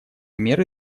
меры